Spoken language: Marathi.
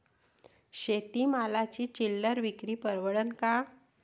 शेती मालाची चिल्लर विक्री परवडन का?